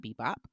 Bebop